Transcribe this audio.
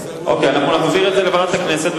אנחנו נחזיר את זה לוועדת הכנסת,